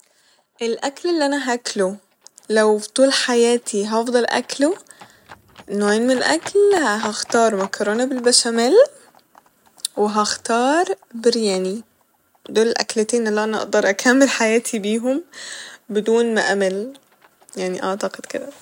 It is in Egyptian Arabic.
الأكل اللي أنا هاكله لو فطول حياتي هفضل أكله ، نوعين من الأكل هختار مكرونة بالبشاميل وهختار برياني دول الأكلتين اللي أنا أقدر أكمل حياتي بيهم بدون ما أمل يعني أعتقد كده